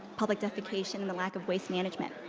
public defecation, and the lack of waste management.